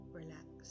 relax